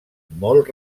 molt